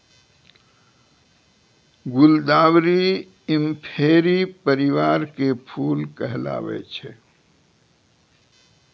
गुलदावरी इंफेरी परिवार के फूल कहलावै छै